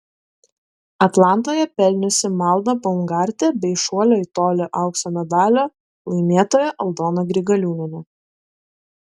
atlantoje pelniusi malda baumgartė bei šuolio į tolį aukso medalio laimėtoja aldona grigaliūnienė